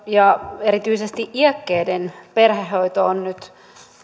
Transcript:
ja erityisesti iäkkäiden perhehoito on nyt